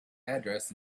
address